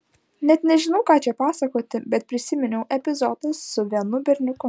net nežinau ką čia pasakoti bet prisiminiau epizodą su vienu berniuku